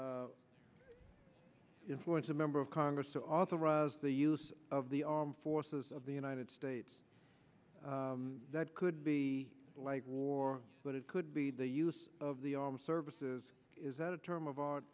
influence a member of congress to authorize the use of the armed forces of the united states that could be like war but it could be the use of the armed services is a term of art